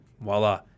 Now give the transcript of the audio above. voila